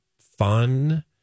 fun